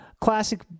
classic